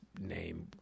name